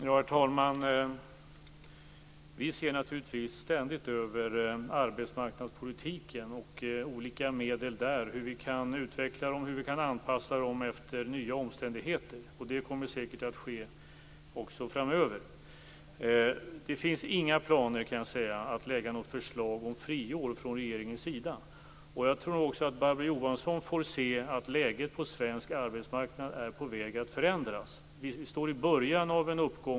Herr talman! Vi ser naturligtvis ständigt över arbetsmarknadspolitiken, olika medel inom den och hur vi kan utveckla dem och anpassa dem efter nya omständigheter. Det kommer säkert att ske också framöver. Det finns inga planer från regeringens sida att lägga fram något förslag om friår. Jag tror också att Barbro Johansson får se att läget på svensk arbetsmarknad är på väg att förändras. Vi står i början av en uppgång.